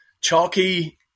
chalky